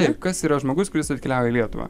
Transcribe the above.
taip kas yra žmogus kuris atkeliauja į lietuvą